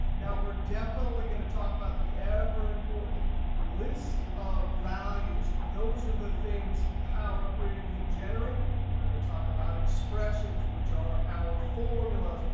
now we're definitely going to talk about the ever important list of values. those are the things power query can generate we're going to talk about expressions, which are our formulas.